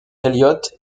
elliott